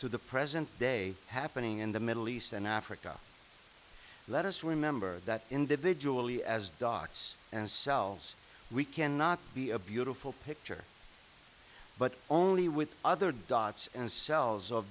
to the present day happening in the middle east and africa let us remember that individually as dots and cells we cannot be a beautiful picture but only with other dots and cells o